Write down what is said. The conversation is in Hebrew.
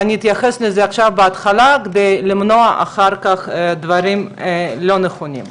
ואני אתייחס לזה עכשיו בהתחלה כדי למנוע אחר כך דברים לא נכונים.